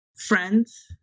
Friends